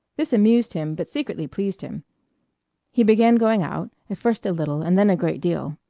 this amused him but secretly pleased him he began going out, at first a little and then a great deal.